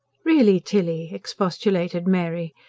really, tilly! expostulated mary.